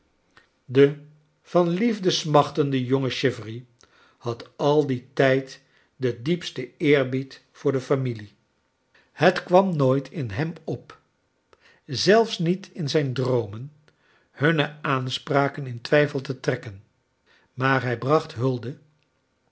e van liefde smachtende jonge chivery had al dien tijd den diepsteu eerbied voor de familie het charles dickens kwam nooit in hem op zelfs niet in zijn droomen hunne aanspraken in twijfel te trekken maar hij bracht